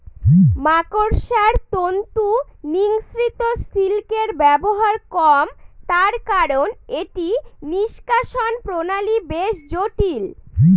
মাকড়সার তন্তু নিঃসৃত সিল্কের ব্যবহার কম তার কারন এটি নিঃষ্কাষণ প্রণালী বেশ জটিল